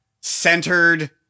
centered